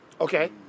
Okay